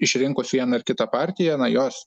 išrinkus vieną ar kitą partiją na jos